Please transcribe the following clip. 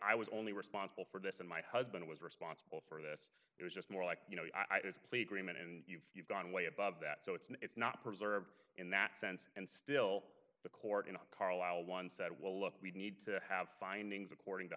i was only responsible for this and my husband was responsible for this it was just more like you know i was play dreamin and you've gone way above that so it's not it's not preserved in that sense and still the court in carlisle once said well look we need to have findings according to